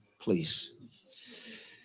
please